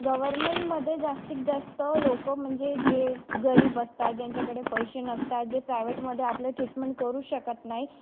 गव्हर्मेंटमध्ये जास्तीत जास्त लोक म्हणजे जे गरीब असतात ज्यांच्याकडे पैसे नसतात जे प्रायव्हेटमध्ये आपले ट्रीटमेंट करू शकत नाही